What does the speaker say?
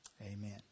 Amen